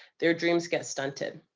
their dreams get stunted.